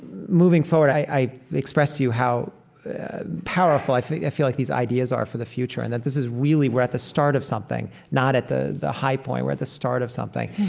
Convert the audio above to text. moving forward, i expressed to you how powerful i feel i feel like these ideas are for the future and that this is really we're at the start of something, not at the the high point we're at the start of something.